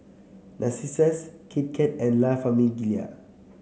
Narcissus Kit Kat and La Famiglia